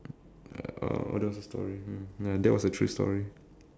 uh oh that was a story mm ya that was a true story